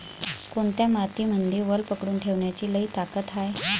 कोनत्या मातीमंदी वल पकडून ठेवण्याची लई ताकद हाये?